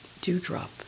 dewdrop